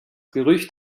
gerücht